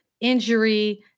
injury